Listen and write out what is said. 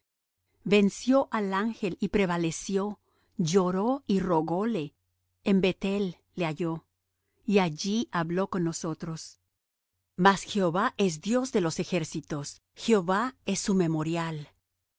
venció al ángel y prevaleció lloró y rogóle en beth-el le halló y allí habló con nosotros mas jehová es dios de los ejércitos jehová es su memorial